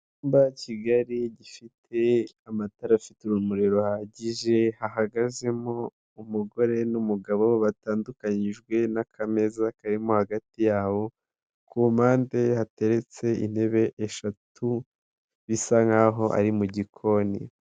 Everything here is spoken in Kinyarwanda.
Icyumba kigali gifite amatara afite urumuri ruhagije hahagazemo umugore n'umugabo batandukanijwe n'akameza karimo hagati yabo ku mpande hateretse intebe eshatu bisa nkahoa ari mu gikoni.